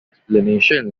explanation